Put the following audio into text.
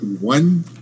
one